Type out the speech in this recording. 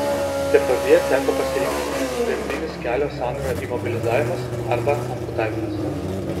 depardjė teko pasirinkti dirbtinis kelio sąnario imobilizavimas arba amputavimas